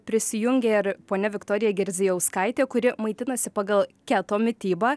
prisijungia ir ponia viktorija girdzijauskaitė kuri maitinasi pagal keto mitybą